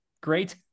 great